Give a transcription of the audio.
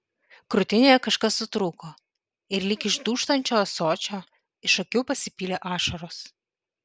krūtinėje kažkas sutrūko ir lyg iš dūžtančio ąsočio iš akių pasipylė ašaros